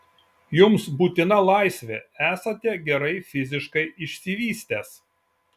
jums būtina laisvė esate gerai fiziškai išsivystęs